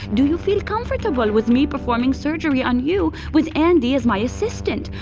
do you feel comfortable with me performing surgery on you with andi as my assistant?